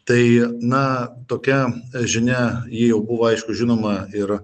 tai na tokia žinia ji jau buvo aišku žinoma yra